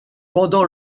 pendant